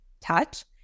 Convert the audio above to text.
touch